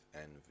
envy